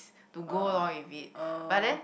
to go along with it but then